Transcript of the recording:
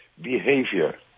behavior